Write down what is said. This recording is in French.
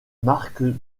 marque